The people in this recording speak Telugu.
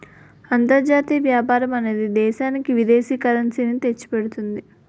అంతర్జాతీయ వ్యాపారం అనేది దేశానికి విదేశీ కరెన్సీ ని తెచ్చిపెడుతుంది